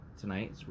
tonight